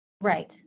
Right